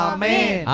Amen